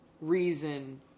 reason